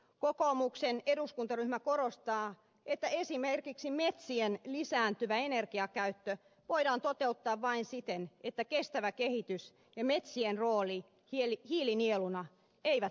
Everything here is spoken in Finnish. kokoomuksen eduskuntaryhmä korostaa että esimerkiksi metsien lisääntyvä energiakäyttö voidaan toteuttaa vain siten että kestävä kehitys ja metsien rooli hiilinieluna eivät vaarannu